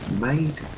Made